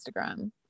Instagram